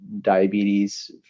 diabetes